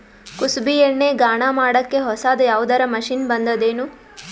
ಕುಸುಬಿ ಎಣ್ಣೆ ಗಾಣಾ ಮಾಡಕ್ಕೆ ಹೊಸಾದ ಯಾವುದರ ಮಷಿನ್ ಬಂದದೆನು?